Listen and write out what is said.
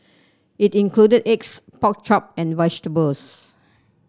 it included eggs pork chop and vegetables